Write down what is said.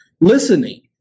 listening